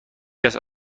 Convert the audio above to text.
کسی